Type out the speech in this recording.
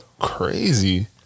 crazy